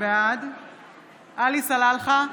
בעד עלי סלאלחה,